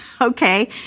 okay